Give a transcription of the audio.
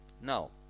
Now